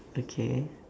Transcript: okay